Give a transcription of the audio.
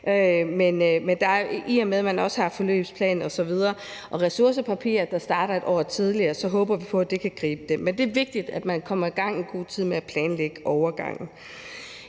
Men i og med at man også har forløbsplanen, ressourcepapiret osv., der starter et år tidligere, håber vi på, at det kan gribe det. Men det er vigtigt, at man kommer i gang i god tid med at planlægge overgangen.